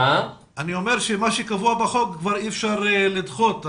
מה שקבוע בחוק, אי אפשר לדחות.